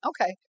Okay